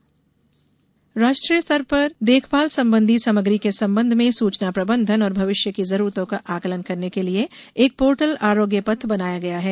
portal Arogya Path राष्ट्रीय स्तर पर देखभाल संबंधी सामग्री के संबंध में सूचना प्रबंधन और भविष्य की जरूरतों का आकलन करने के लिये एक पोर्टल आरोग्य पथ बनाया गया है